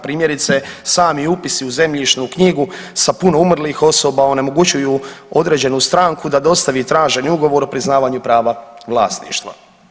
Primjerice sami upisi u Zemljišnu knjigu sa puno umrlih osoba onemogućuju određenu stranku da dostavi traženi ugovor o priznavanju prava vlasništva.